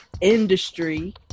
industry